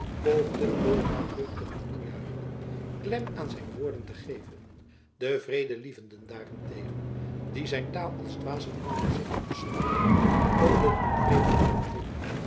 poogden door luidruchtige toejuichingen klem aan zijn woorden te geven de vredelievenden daarentegen die zijn taal als dwaas en onvoorzichtig beschouwden konden hun wrevel niet bedwingen